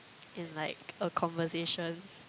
in like a conversation